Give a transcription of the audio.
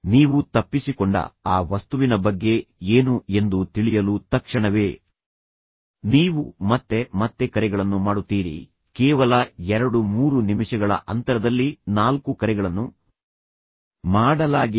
ನೀವು ತಪ್ಪಿಸಿಕೊಂಡ ಆ ವಸ್ತುವಿನ ಬಗ್ಗೆ ಏನು ಎಂದು ತಿಳಿಯಲು ತಕ್ಷಣವೇ ನೀವು ಮತ್ತೆ ಮತ್ತೆ ಕರೆಗಳನ್ನು ಮಾಡುತ್ತೀರಿ ಕೇವಲ ಎರಡು ಮೂರು ನಿಮಿಷಗಳ ಅಂತರದಲ್ಲಿ ನಾಲ್ಕು ಕರೆಗಳನ್ನು ಮಾಡಲಾಗಿದೆ